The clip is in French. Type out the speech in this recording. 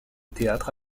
théâtre